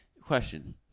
Question